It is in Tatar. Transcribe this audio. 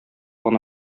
гына